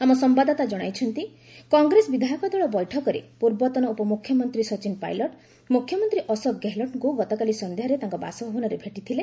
ଆମ ସମ୍ବାଦଦାତା ଜଣାଇଛନ୍ତି କଂଗ୍ରେସ ବିଧାୟକ ଦଳ ବୈଠକରେ ପୂର୍ବତନ ଉପମୁଖ୍ୟମନ୍ତ୍ରୀ ସଚିନ ପାଇଲଟ ମୁଖ୍ୟମନ୍ତ୍ରୀ ଅଶୋକ ଗେହଲଟଙ୍କୁ ଭେଟିବା ପାଇଁ ଗତକାଲି ସନ୍ଧ୍ୟାରେ ତାଙ୍କ ବାସଭବନରେ ଭେଟିଥିଲେ